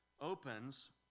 opens